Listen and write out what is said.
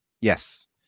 Yes